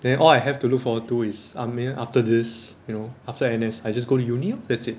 then all I have to look forward to is I mean after this you know after N_S I just go to uni lor that's it